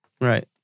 Right